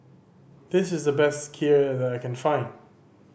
this is the best Kheer that I can find